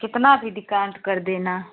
कितना भी डिकाउंट कर देना